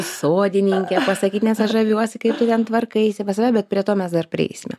sodininke pasakyt nes aš žaviuosi kaip tu ten tvarkaisi pas save bet prie to mes dar prieisime